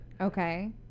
Okay